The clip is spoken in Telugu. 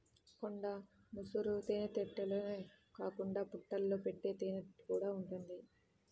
కొండ ముసురు తేనెతుట్టెలే కాకుండా పుట్టల్లో పెట్టే తేనెకూడా ఉంటది